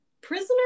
Prisoner